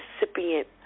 recipient